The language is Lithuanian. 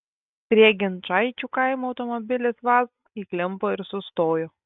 prie ginčaičių kaimo automobilis vaz įklimpo ir sustojo